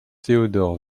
theodor